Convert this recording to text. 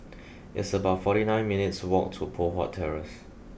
it's about fourty nine minutes' walk to Poh Huat Terrace